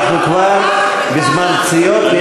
אנחנו כבר בזמן פציעות.